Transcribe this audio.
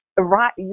Right